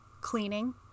cleaning